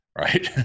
right